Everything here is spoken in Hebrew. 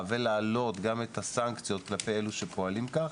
ולהעלות גם את הסנקציות כלפי אלו שפועלים כך.